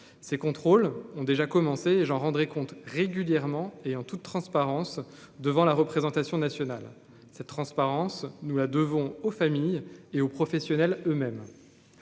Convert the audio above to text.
ces contrôles ont déjà commencé, j'en rendrai compte régulièrement et en toute transparence, devant la représentation nationale, cette transparence, nous la devons aux familles et aux professionnels eux-mêmes,